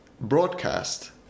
broadcast